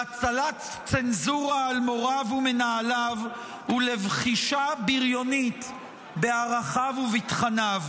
להטלת צנזורה על מוריו ומנהליו ולבחישה בריונית בערכיו ובתכניו,